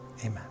Amen